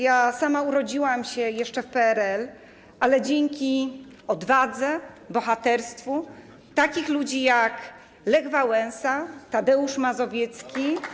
Ja sama urodziłam się jeszcze w PRL, ale dzięki odwadze, bohaterstwu takich ludzi, jak Lech Wałęsa, Tadeusz Mazowiecki.